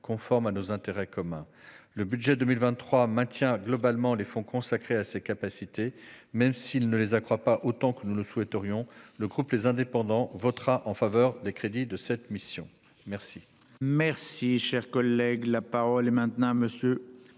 conformes à nos intérêts communs. Le budget pour 2023 maintient globalement les fonds consacrés à ces capacités. Même s'il ne les accroît pas autant que nous le souhaiterions, le groupe Les Indépendants votera en faveur des crédits de cette mission. La